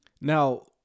Now